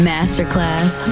Masterclass